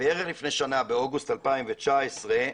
בערך לפני שנה באוגוסט אלפיים ותשע עשרה